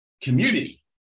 community